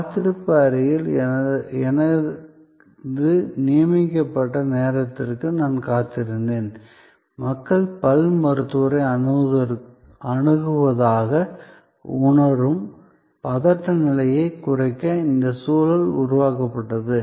காத்திருப்பு அறையில் எனது நியமிக்கப்பட்ட நேரத்திற்காக நான் காத்திருந்தேன் மக்கள் பல் மருத்துவரை அணுகுவதாக உணரும் பதட்ட நிலையை குறைக்க இந்த சூழல் உருவாக்கப்பட்டது